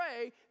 pray